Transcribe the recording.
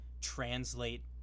translate